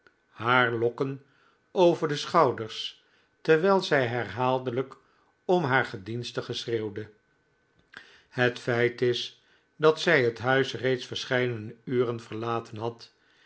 haar lokken over de schouders terwijl zij herhaaldelijk om haar gedienstige schreeuwde het feit is dat zij het huis reeds verscheidene uren verlaten had